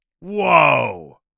Whoa